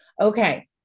Okay